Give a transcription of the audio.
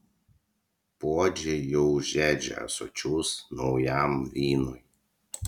puodžiai jau žiedžia ąsočius naujam vynui